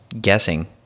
guessing